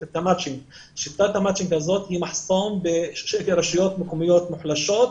שיטת המצ'ינג הזאת היא מחסום ברשויות מקומיות מוחלשות.